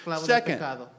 Second